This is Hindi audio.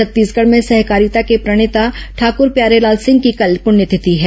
छत्तीसगढ़ में सहकारिता के प्रणेता ठाकुर प्यारेलाल सिंह की कल पुण्यतिथि है